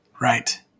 Right